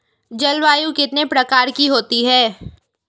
जलवायु कितने प्रकार की होती हैं?